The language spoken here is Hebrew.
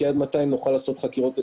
כי עד 200 נוכל לעשות חקירות אפידמיולוגיות.